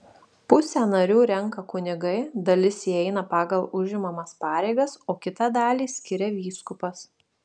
pusę narių renka kunigai dalis įeina pagal užimamas pareigas o kitą dalį skiria vyskupas